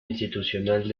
institucional